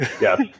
yes